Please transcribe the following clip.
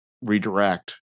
redirect